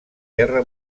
guerra